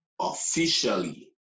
officially